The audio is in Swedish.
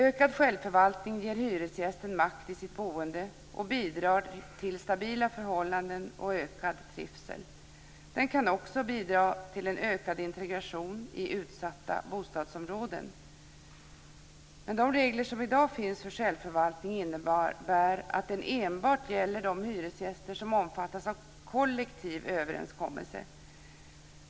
Ökad självförvaltning ger hyresgästen makt i sitt boende och bidrar till stabila förhållanden och ökad trivsel. Den kan också bidra till en ökad integration i utsatta bostadsområden. Men de regler som i dag finns för självförvaltning gäller enbart de hyresgäster som omfattas av en kollektiv överenskommelse.